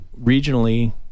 regionally